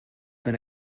been